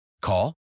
Call